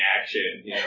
action